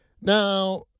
Now